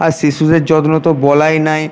আর শিশুদের যত্ন তো বলারই নয়